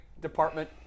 department